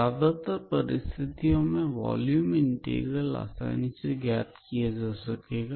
ज्यादातर परिस्थितियों में वॉल्यूम इंटीग्रल आसानी से ज्ञात किया जा सकेगा